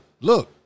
look